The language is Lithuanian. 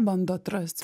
bando atrast